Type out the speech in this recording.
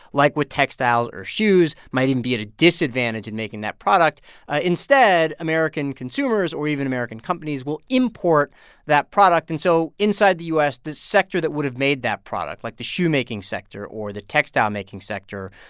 like with textiles or shoes might even be at a disadvantage in making that product ah instead, american consumers or even american companies will import that product. and so inside the u s, the sector that would have made that product, like the shoemaking sector or the textile-making sector,